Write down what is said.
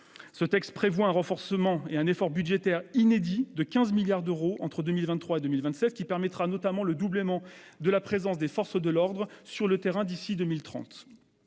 Ce texte prévoit un renforcement et un effort budgétaire inédit, de 15 milliards d'euros, entre 2023 et 2027, ce qui permettra notamment le doublement de la présence des forces de l'ordre sur le terrain d'ici à 2030.